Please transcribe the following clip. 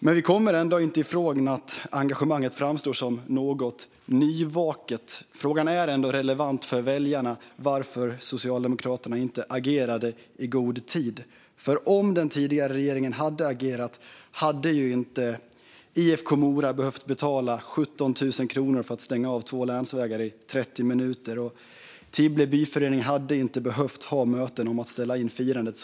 Men vi kommer inte ifrån att engagemanget framstår som något nyvaket. Det finns en fråga som är relevant för väljarna: Varför agerade inte Socialdemokraterna i god tid? Om den tidigare regeringen hade agerat hade ju inte IFK Mora behövt betala 17 000 kronor för att stänga av två länsvägar i 30 minuter, och Tibble byförening hade inte behövt ha möten om att ställa in firandet.